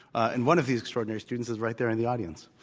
and one of the extraordinary students was right there in the audience.